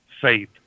faith